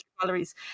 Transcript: calories